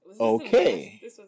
Okay